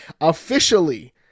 officially